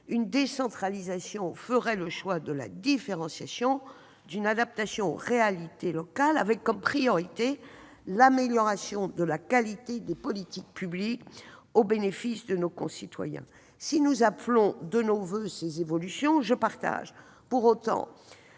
Une décentralisation qui ferait le choix de la différenciation, d'une adaptation aux réalités locales avec, comme priorité, l'amélioration de la qualité des politiques publiques au bénéfice de nos concitoyens. Si nous appelons de nos voeux ces évolutions, je partage pour autant